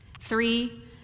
Three